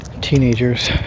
teenagers